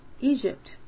Egypt